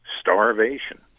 starvation